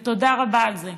תודה רבה על זה.